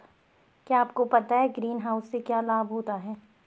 क्या आपको पता है ग्रीनहाउस से क्या लाभ होता है?